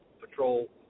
patrol